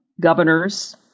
governors